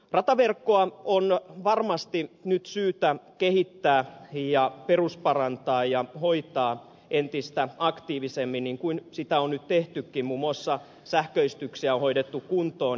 rataverkkoa on varmasti nyt syytä kehittää ja perusparantaa ja hoitaa entistä aktiivisemmin niin kuin sitä on nyt tehtykin muun muassa sähköistyksiä on hoidettu kuntoon